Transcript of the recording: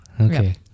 Okay